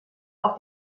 auf